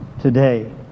today